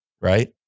Right